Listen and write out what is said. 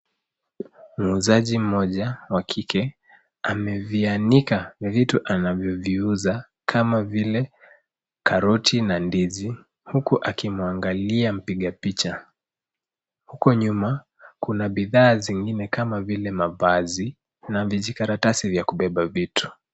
Muuzaji mmoja wa kike, amevianika vitu anavyoviuza, kama vile karoti na ndizi, huku akimwangalia mpiga picha. Huku nyuma kuna bidhaa zingine, kama vile mavazi na vijikaratasi vya kubeba vitu.